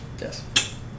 Yes